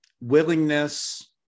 willingness